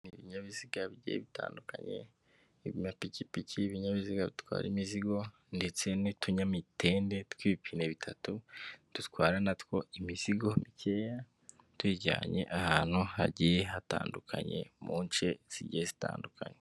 Ibibinyabiziga bigiye bitandukanye, amapikipiki, ibinyabiziga bitwara imizigo ndetse n'utunyamitende tw'ibipine bitatu, dutwara na two imizigo mikeya, tuyijyanye ahantu hagiye hatandukanye, mu nce zigiye zitandukanye.